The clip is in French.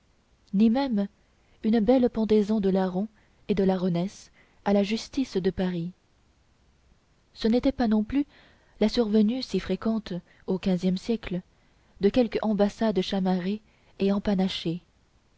ni même une belle pendaison de larrons et de larronnesses à la justice de paris ce n'était pas non plus la survenue si fréquente au quinzième siècle de quelque ambassade chamarrée et empanachée